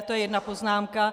To je jedna poznámka.